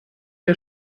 wir